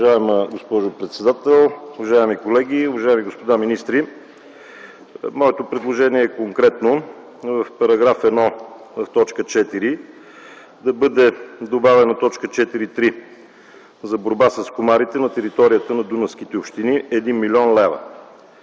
Уважаема госпожо председател, уважаеми колеги, уважаеми господа министри! Моето предложение е конкретно – в § 1, т. 4 да бъде добавена т. 4.3 за борба с комарите на територията на дунавските общини – 1 млн. лв.